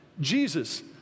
Jesus